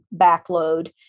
backload